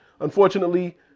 Unfortunately